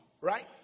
right